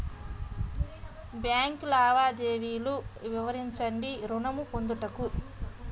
Bank లావాదేవీలు వివరించండి ఋణము పొందుటకు?